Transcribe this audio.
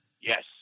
Yes